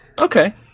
Okay